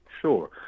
Sure